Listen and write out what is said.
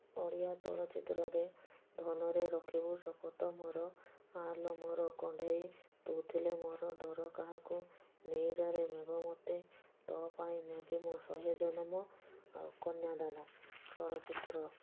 ଓଡ଼ିଆ ଚଳଚ୍ଚିତ୍ରରେ ଧନରେ ରଖିବୁ ଶପଥ ମୋର ଆଲୋ ମୋର କଣ୍ଢେଇ ତୁ ଥିଲେ ମୋର ଡର କାହାକୁ ନେଇ ଯାରେ ମେଘ ମୋତେ ତୋ ପାଇଁ ନେବି ମୁଁ ଶହେ ଜନମ ଆଉ କନ୍ୟାଦାନ ଚଳଚ୍ଚିତ୍ର